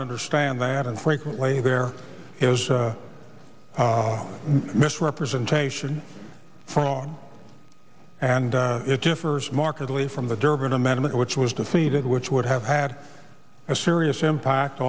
not understand that infrequently there is a misrepresentation fraud and it differs markedly from the durban amendment which was defeated which would have had a serious impact